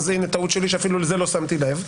הנה, טעות שלי שאפילו על זה לא שמתי לב.